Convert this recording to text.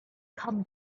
come